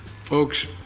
Folks